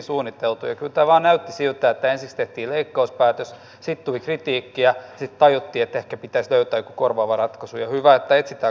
kyllä tämä vain näytti siltä että ensiksi tehtiin leikkauspäätös sitten tuli kritiikkiä sitten tajuttiin että ehkä pitäisi löytää joku korvaava ratkaisu ja hyvä että etsitään korvaavaa ratkaisua